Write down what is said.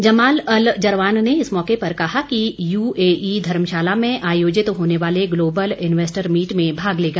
Jamal Al Jarwan ने इस मौके पर कहा कि यूएई धर्मशाला में आयोजित होने वाले ग्लोबल इन्वेस्टर मीट में भाग लेगा